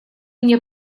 мне